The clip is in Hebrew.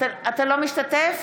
אינו משתתף